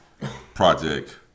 project